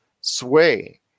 sway